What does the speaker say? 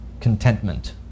contentment